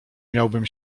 miałbym